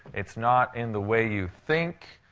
it's not in the way you think.